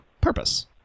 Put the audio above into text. purpose